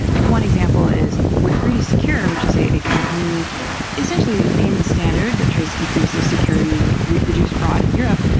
like one example is with three d secure, which is a a kind of new essentially a payment standard, the trace increases security, reduce fraud in europe.